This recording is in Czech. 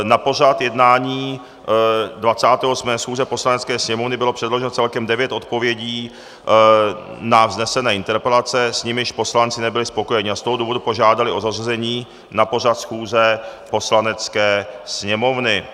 Na pořad jednání 28. schůze Poslanecké sněmovny bylo předloženo celkem devět odpovědí na vznesené interpelace, s nimiž poslanci nebyli spokojeni a z tohoto důvodu požádali o zařazení na pořad schůze Poslanecké sněmovny.